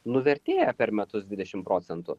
nuvertėja per metus dvidešimt procentų